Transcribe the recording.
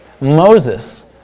Moses